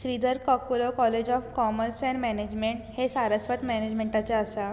Shridhar Kakulo college of commerce and management हें सारस्वत मेनेजमेंटाचे आसा